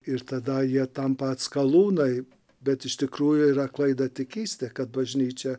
ir tada jie tampa atskalūnai bet iš tikrųjų yra klaida tik keista kad bažnyčia